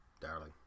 Darling